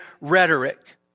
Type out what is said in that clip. rhetoric